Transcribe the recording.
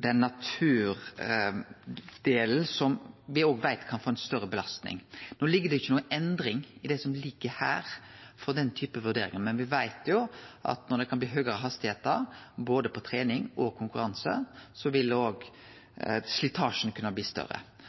naturdelen, som me veit kan få ei større belastning. No er det ikkje noka endring i det som ligg her for den typen vurdering, men me veit at når det kan bli høge hastigheiter både på trening og i konkurranse, vil slitasjen kunne bli større.